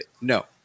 no